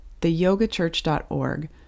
theyogachurch.org